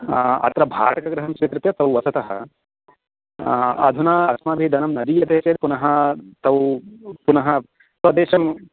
अत्र भाटकगृहं स्वीकृत्य तौ वसतः अधुना अस्माभिः धनं न दीयते चेत् पुनः तौ पुनः स्वदेशम्